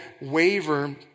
waver